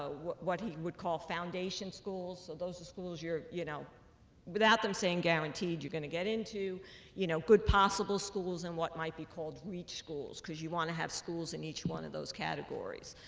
ah what what he would call foundation schools so those are schools you know without them saying guaranteed you're going to get into you know good possible schools and what might be called reach schools because you want to have schools in each one of those categories.